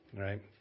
Right